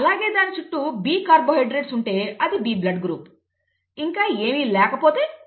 అలాగే దాని చుట్టూ B కార్బోహైడ్రేట్స్ ఉంటే B బ్లడ్ గ్రూప్ ఇంకా ఏమీ లేకపోతే O గ్రూప్